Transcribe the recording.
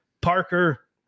Parker